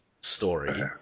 story